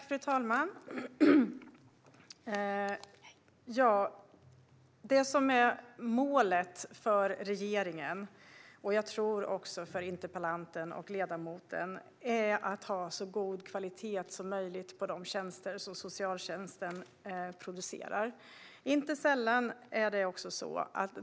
Fru talman! Målet för regeringen - jag tror att det gäller också interpellanten och ledamoten - är att det ska vara så god kvalitet som möjligt på socialtjänstens tjänster.